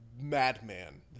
madman